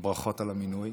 ברכות על המינוי.